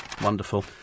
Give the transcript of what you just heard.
wonderful